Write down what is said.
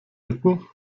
bitten